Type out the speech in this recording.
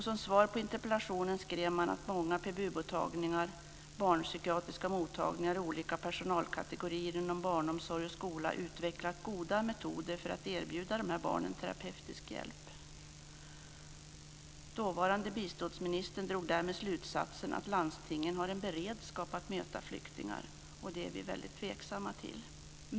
Som svar på interpellationen skrev man att många PBU-mottagningar, barnpsykiatriska mottagningar och olika personalkategorier inom barnomsorg och skola utvecklat goda metoder för att erbjuda de här barnen terapeutisk hjälp. Dåvarande biståndsministern drog därmed slutsatsen att landstingen har en beredskap att möta flyktingar, och det är vi väldigt tveksamma till.